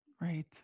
Right